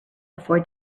before